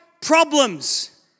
problems